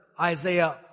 Isaiah